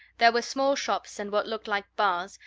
there were small shops and what looked like bars,